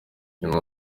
nyuma